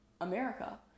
America